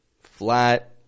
Flat